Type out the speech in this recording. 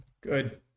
Good